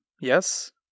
yes